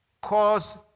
cause